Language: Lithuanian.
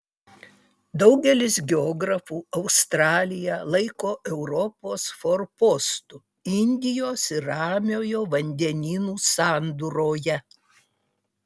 daugelis geografų australiją laiko europos forpostu indijos ir ramiojo vandenynų sandūroje